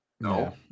No